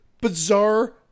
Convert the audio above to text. bizarre